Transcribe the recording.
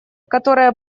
которые